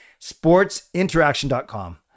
sportsinteraction.com